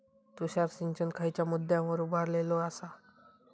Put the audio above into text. तुषार सिंचन खयच्या मुद्द्यांवर उभारलेलो आसा?